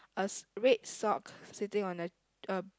a red sock sitting on a uh